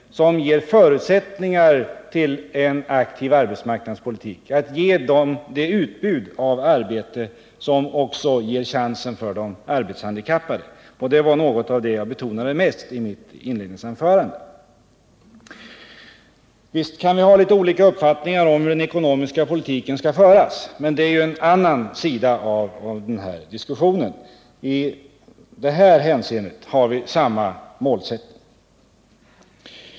De är förutsättningarna för en aktiv arbetsmarknadspolitik, dvs. för att åstadkomma ett utbud av arbeten som också ger de arbetshandikappade chansen. Det betonade jag i mitt inledningsanförande. Visst kan vi ha olika uppfattningar om hur den ekonomiska politiken skall föras, men det är en annan sida av den här diskussionen. I detta hänseende - att skapa flera jobb — har vi samma målsättning.